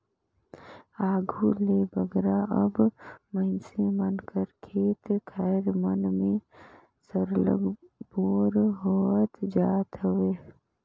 आघु ले बगरा अब मइनसे मन कर खेत खाएर मन में सरलग बोर होवत जात हवे